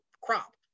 crop